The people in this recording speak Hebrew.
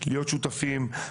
להיות שותפים.